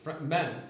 men